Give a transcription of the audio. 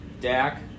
Dak